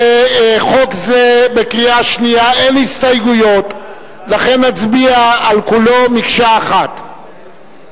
לחוק זה אין הסתייגויות לכן נצביע על כולו מקשה אחת בקריאה שנייה.